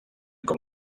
com